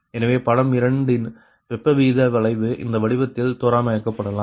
எனவே படம் 2 இன் வெப்ப வீத வளைவு இந்த வடிவத்தில் தோராயமாக்கப்படலாம்